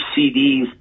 CDs